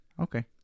okay